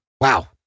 Wow